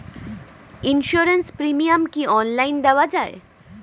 Insurance premium কি online দেওয়া যায়?